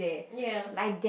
ya